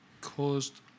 caused